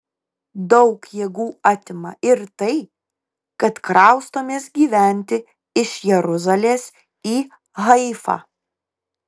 daug jėgų atima ir tai kad kraustomės gyventi iš jeruzalės į haifą